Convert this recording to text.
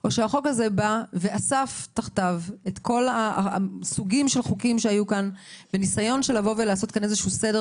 או שהחוק הזה אסף תחתיו את כל סוגי החוקים היום בניסיון לעשות סדר